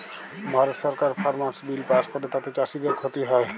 ভারত সরকার farmers bill pass ক্যরে তাতে চাষীদের খ্তি হ্যয়